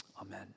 Amen